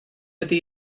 ydy